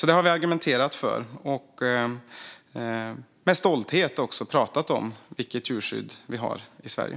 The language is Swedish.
Detta har vi argumenterat för, och vi har med stolthet pratat om vilket djurskydd vi har i Sverige.